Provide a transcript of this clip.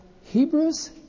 Hebrews